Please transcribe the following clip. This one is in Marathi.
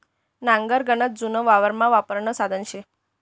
नांगर गनच जुनं वावरमा वापरानं साधन शे